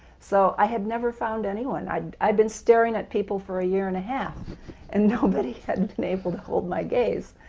so i had never found anyone. i i had been staring at people for a year-and-a-half and nobody had and been able to hold my gaze.